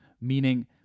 Meaning